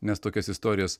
nes tokias istorijas